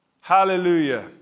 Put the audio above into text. Hallelujah